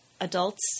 adults